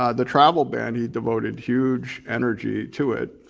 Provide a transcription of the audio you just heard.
ah the travel ban he devoted huge energy to it.